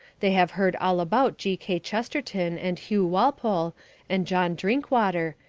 they have heard all about g. k. chesterton and hugh walpole and john drinkwater,